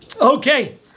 Okay